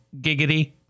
giggity